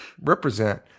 Represent